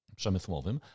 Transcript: przemysłowym